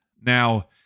Now